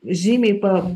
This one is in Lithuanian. žymiai pa